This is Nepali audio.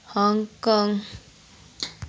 हङकङ